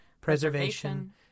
preservation